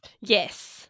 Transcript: yes